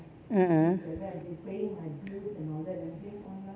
mmhmm